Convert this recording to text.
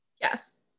yes